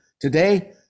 Today